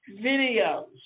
videos